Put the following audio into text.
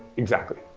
exactly.